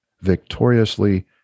victoriously